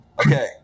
Okay